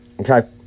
okay